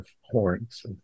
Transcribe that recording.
horns